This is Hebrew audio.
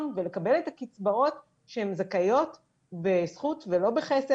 ולקבל את הקצבאות שהן זכאיות בזכות ולא בחסד.